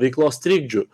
veiklos trikdžių